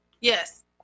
Yes